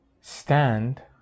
stand